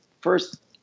first